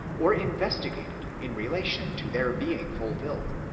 or investigated in relation to their being ful filled,